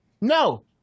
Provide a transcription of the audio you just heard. No